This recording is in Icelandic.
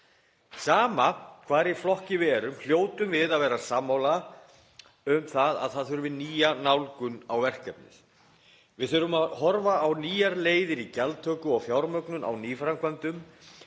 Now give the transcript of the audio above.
Sama hvar í flokki við erum hljótum við að vera sammála um að það þurfi nýja nálgun á verkefnið. Við þurfum að horfa á nýjar leiðir í gjaldtöku og fjármögnun á nýframkvæmdum.